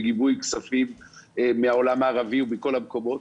בגיבוי כספים מהעולם הערבי ומכל המקומות,